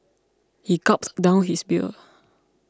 he gulped down his beer